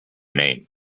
name